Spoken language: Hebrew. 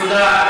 תודה.